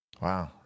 Wow